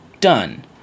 done